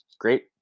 great